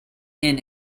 end